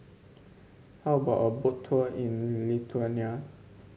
how about a Boat Tour in Lithuania